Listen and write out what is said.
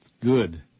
Good